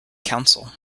council